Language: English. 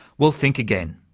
well, think again.